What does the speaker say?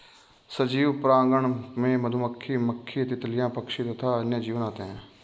सजीव परागणक में मधुमक्खी, मक्खी, तितलियां, पक्षी तथा अन्य जीव आते हैं